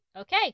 Okay